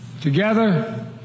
together